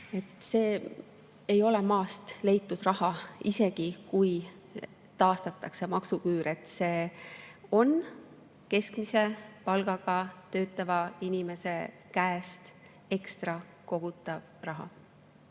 See ei ole maast leitud raha, isegi kui taastatakse maksuküür. See on keskmise palgaga töötava inimese käest lisaks kogutav raha.